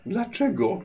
Dlaczego